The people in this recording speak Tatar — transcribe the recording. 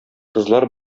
кызлар